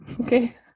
Okay